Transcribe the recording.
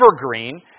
evergreen